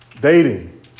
Dating